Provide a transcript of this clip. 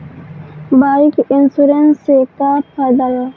Bike insurance से का फायदा बा?